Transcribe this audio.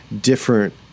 different